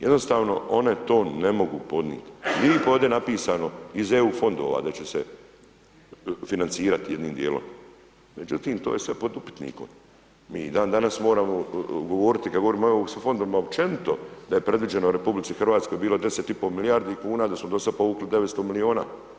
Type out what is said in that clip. Jednostavno one to ne mogu podnijeti. ... napisano iz EU fondova da će se financirati jednim djelom međutim to je sve pod upitnikom, mi i dandanas moramo govoriti kad govorimo o europskim fondovima općenito da je predviđeno RH bilo 10,5 milijardi kuna, da smo do sad povukli 900 milijuna.